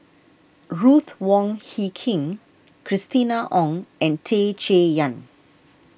Ruth Wong Hie King Christina Ong and Tan Chay Yan